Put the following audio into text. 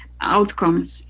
outcomes